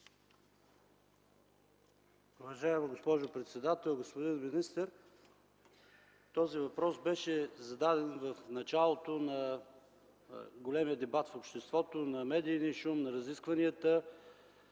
Уважаема госпожо председател, господин министър! Този въпрос беше зададен в началото на големия дебат в обществото, на медийния шум, на разискванията,